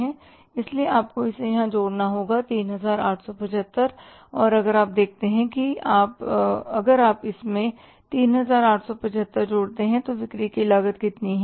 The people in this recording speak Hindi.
इसलिए आपको इसे यहां जोड़ना होगा 3875 और अगर आप देखते हैं अगर आप इसमें 3875 जोड़ते हैं तो बिक्री की लागत कितनी है